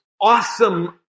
awesome